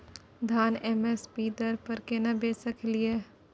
धान M S P दर पर केना बेच सकलियै?